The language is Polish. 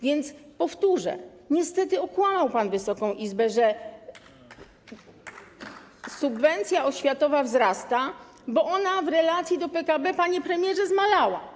Więc powtórzę: niestety okłamał pan Wysoką Izbę, że subwencja oświatowa wzrasta, bo ona w relacji do PKB, panie premierze, zmalała.